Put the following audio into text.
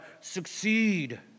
succeed